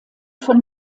von